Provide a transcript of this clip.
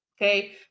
okay